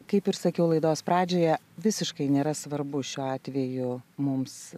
kaip ir sakiau laidos pradžioje visiškai nėra svarbu šiuo atveju mums